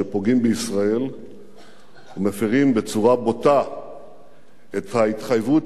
שפוגעים בישראל ומפירים בצורה בוטה את ההתחייבות